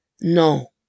No